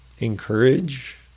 encourage